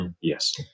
yes